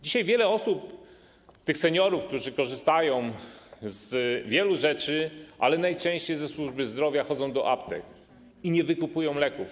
Dzisiaj wiele osób, tych seniorów, którzy korzystają z wielu rzeczy, ale najczęściej ze służby zdrowia, chodzi do aptek i nie wykupuje leków.